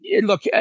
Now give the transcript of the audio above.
look